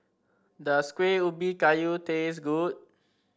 does Kueh Ubi Kayu taste good